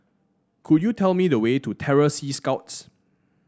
could you tell me the way to Terror Sea Scouts